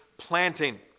planting